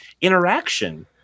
interaction